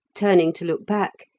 turning to look back,